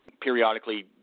periodically